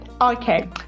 okay